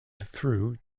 through